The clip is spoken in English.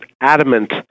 adamant